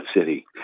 city